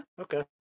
Okay